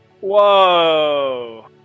Whoa